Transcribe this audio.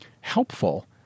helpful